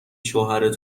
شوهر